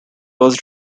was